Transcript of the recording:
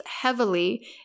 heavily